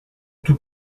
tout